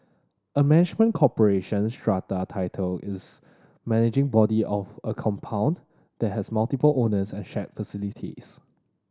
a management corporation strata title is managing body of a compound that has multiple owners and shared facilities